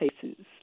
cases